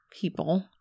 people